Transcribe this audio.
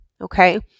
okay